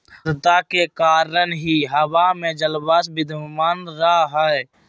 आद्रता के कारण ही हवा में जलवाष्प विद्यमान रह हई